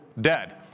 dead